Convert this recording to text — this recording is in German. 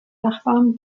nachbarn